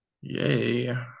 Yay